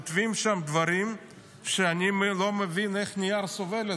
כותבים שם דברים שאני לא מבין איך הנייר סובל,